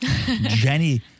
Jenny